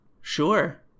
Sure